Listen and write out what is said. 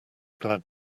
glad